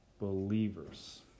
believers